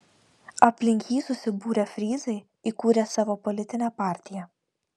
aplink jį susibūrę fryzai įkūrė savo politinę partiją